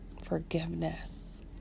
forgiveness